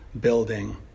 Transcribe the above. building